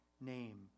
name